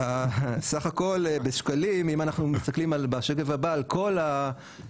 בסך הכל בשקלים אם אנחנו מסתכלים בשקף הבא על כל המיסים,